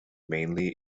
mainly